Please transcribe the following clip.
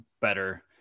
better